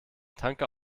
tanker